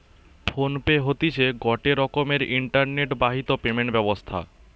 phone pay হতিছে গটে রকমের ইন্টারনেট বাহিত পেমেন্ট ব্যবস্থা